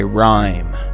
rhyme